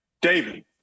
David